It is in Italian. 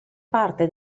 parte